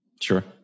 Sure